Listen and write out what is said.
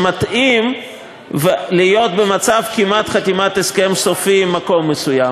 שמתאים להיות במצב כמעט חתימת הסכם סופי עם מקום מסוים.